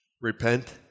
Repent